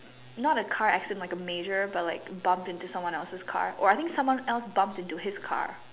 not a car accident like a major but like bumped into someone else's car or I think someone else bumped into his car